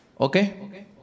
Okay